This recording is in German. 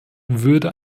würde